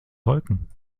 wolken